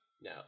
No